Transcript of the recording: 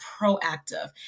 proactive